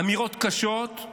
אמירות קשות.